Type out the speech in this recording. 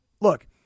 look